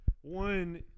one